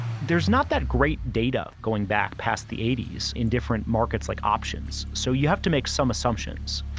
there's not that great data going back past the eighty s in different markets like options. so you have to make some assumptions.